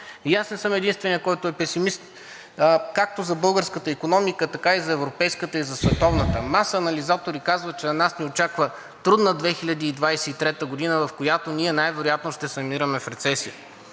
и не съм единственият, който е песимист както за българската икономика, така и за европейската, и за световната. Маса анализатори казват, че нас ни очаква трудна 2023 г., в която ние най-вероятно ще се намираме в рецесия,